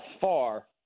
far